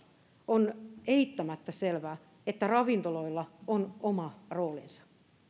on eittämättä selvää että ravintoloilla on oma roolinsa